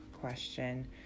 question